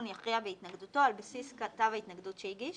יכריע בהתנגדותו על בסיס כתב ההתנגדות שהגיש,